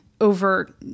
over